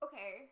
Okay